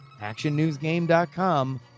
actionnewsgame.com